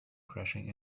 crashing